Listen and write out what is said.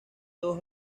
dos